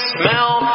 smell